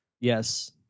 Yes